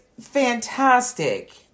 fantastic